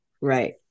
Right